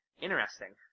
Interesting